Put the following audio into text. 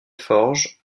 forge